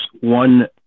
one